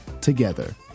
together